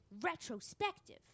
retrospective